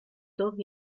temps